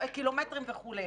קילומטרים וכו'.